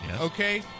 Okay